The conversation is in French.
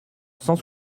cent